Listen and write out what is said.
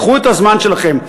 קחו את הזמן שלכם,